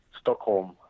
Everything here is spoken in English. Stockholm